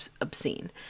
obscene